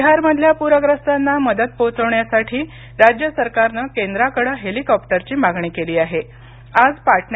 बिहारमधल्या पूरग्रस्तांना मदत पोहोचवण्यासाठीराज्य सरकारनं केंद्राकडे हेलिकॉप्टरची मागणी केली आहेआज पाटण